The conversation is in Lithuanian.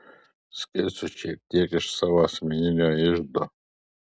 skirsiu šiek tiek iš savo asmeninio iždo